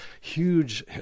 Huge